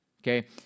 okay